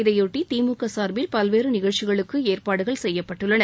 இதையொட்டி திமுக சார்பில் பல்வேறு நிகழ்ச்சிகளுக்கு ஏற்பாடுகள் செய்யப்பட்டுள்ளன